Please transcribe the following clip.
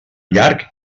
llarg